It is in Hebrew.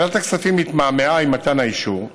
ועדת הכספים התמהמהה עם מתן האישור.